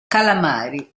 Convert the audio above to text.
calamari